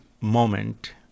moment